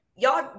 Y'all